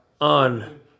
on